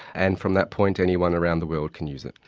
and from that point anyone around the world can use it.